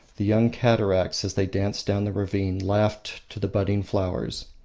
the young cataracts, as they danced down the ravine, laughed to the budding flowers.